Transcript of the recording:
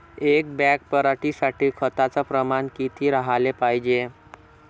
एक बॅग पराटी साठी खताचं प्रमान किती राहाले पायजे?